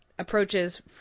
approaches